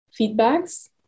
feedbacks